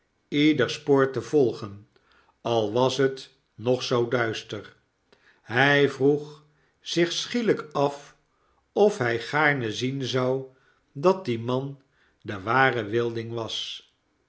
ieder spoor te volgen al was het nog zoo duister hij vroeg zich schielp af of tag gaarne zien zou dat die man de ware wilding was